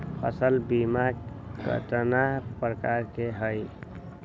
फसल बीमा कतना प्रकार के हई?